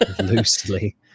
loosely